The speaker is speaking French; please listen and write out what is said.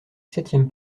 septième